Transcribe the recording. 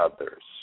others